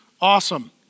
awesome